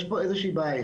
יש פה איזו שהיא בעיה,